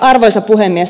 arvoisa puhemies